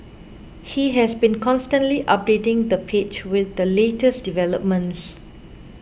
he has been constantly updating the page with the latest developments